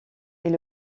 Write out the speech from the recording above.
est